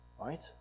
right